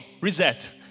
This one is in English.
reset